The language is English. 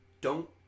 Don't